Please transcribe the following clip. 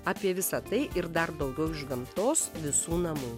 apie visa tai ir dar daugiau iš gamtos visų namų